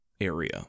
area